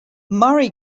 murray